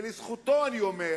ולזכותו אני אומר